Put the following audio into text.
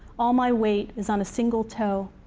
all my weight is on a single toe.